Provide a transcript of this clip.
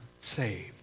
saved